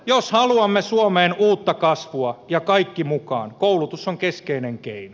jos haluamme suomeen uutta kasvua ja kaikki mukaan koulutus on keskeinen keino